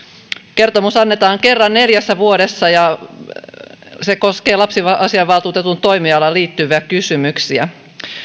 kertomus annetaan kerran neljässä vuodessa se koskee lapsiasiainvaltuutetun toimialaan liittyviä kysymyksiä